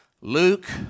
luke